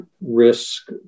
risk